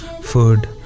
food